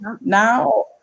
Now